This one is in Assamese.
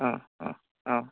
অ অ অ